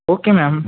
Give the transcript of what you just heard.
okay ma'am